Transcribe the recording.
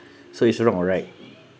so it's wrong or right